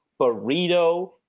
Burrito